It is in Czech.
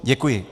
Děkuji.